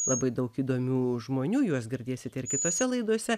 labai daug įdomių žmonių juos girdėsite ir kitose laidose